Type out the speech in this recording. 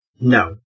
no